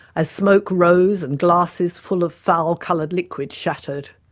as smoke rose and glasses full of foul-coloured liquid shattered.